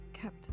kept